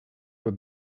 were